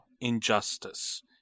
injustice